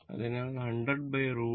അതിനാൽ 100√ 2 70